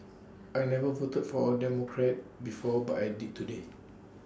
I never voted for A Democrat before but I did today